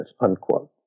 unquote